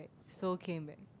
so came back